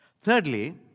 Thirdly